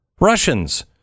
Russians